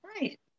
Right